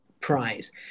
prize